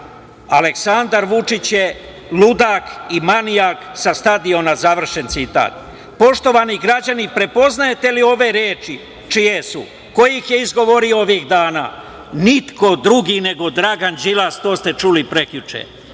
"Aleksandar Vučić je ludak i manijak sa stadiona", završen citat. Poštovani građani, prepoznajete li ove reči čije su, ko ih je izgovorio ovih dana? Niko drugi nego Dragan Đilas, to ste čuli prekjuče.